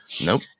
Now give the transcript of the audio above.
Nope